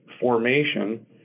formation